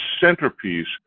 centerpiece